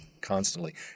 constantly